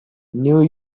new